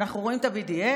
אנחנו רואים את ה-BDS,